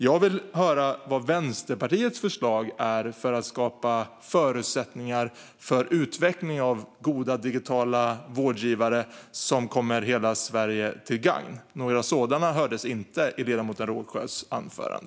Jag vill höra vad Vänsterpartiets förslag är för att skapa förutsättningar för utveckling av goda digitala vårdgivare som kommer hela Sverige till gagn. Några sådana förslag hördes inte i ledamoten Rågsjös anförande.